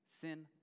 Sin